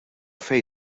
fejn